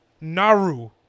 Naru